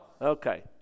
Okay